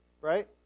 right